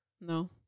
No